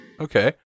Okay